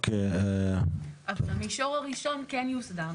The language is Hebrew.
אבל המישור הראשון כן יוסדר.